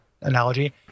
analogy